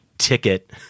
ticket